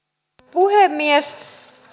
puhemies